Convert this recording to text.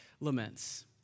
Laments